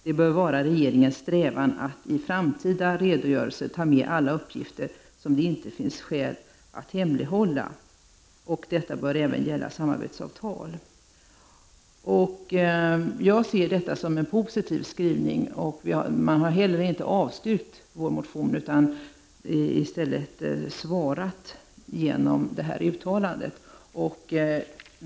Det bör vara regeringens strävan att i framtida redogörelser ta med alla uppgifter som det inte finns skäl att hemlighålla. Detta bör även gälla samarbetsavtal. Jag ser detta som en positiv skrivning. Utskottet har heller inte avstyrkt vår motion utan i stället svarat genom detta uttalande.